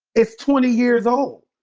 it's twenty years old.